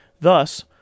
Thus